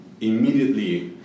immediately